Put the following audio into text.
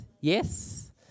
yes